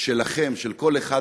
תודה רבה.